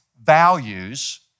values